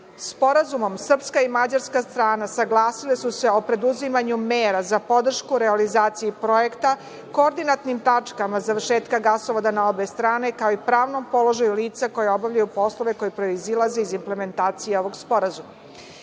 gas. Sporazumom srpska i mađarska strana saglasile su se o preduzimanju mera za podršku realizaciji projekta, koordinatnim tačkama završetka gasovoda na obe strane, kao i pravnom položaju lica koja obavljaju poslove koji proizilaze iz implementacije ovog sporazuma. Dalje